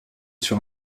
sur